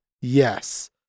yes